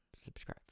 subscribe